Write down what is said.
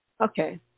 okay